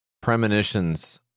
Premonitions